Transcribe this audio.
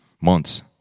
months